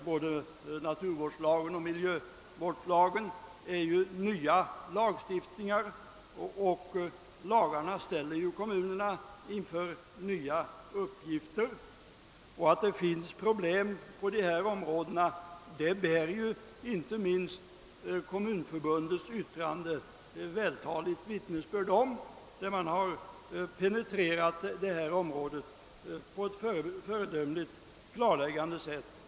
Både naturvårdslagen och miljövårdslagen tillhör ju den nya lagstiftning som ställer kommunerna inför nya uppgifter. Inte minst Kommunförbundets yttrande bär vältaligt vittnesbörd om de existerande problemen i dessa sammanhang. Förbundet har enligt min uppfattning penetrerat dessa frågor på ett föredömligt klarläggande sätt.